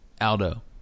Aldo